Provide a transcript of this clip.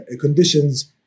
conditions